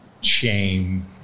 shame